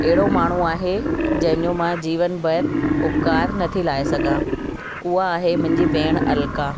अहिड़ो माण्हूं आहे जंहिंजो मां जीवन भर उपकर न थी लाइ सघां उहा आहे मुंहिजी भेण अल्का